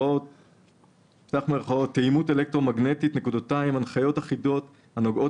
"תאימות אלקטרומגנטית: הנחיות אחידות הנוגעות